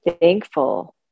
thankful